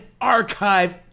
archive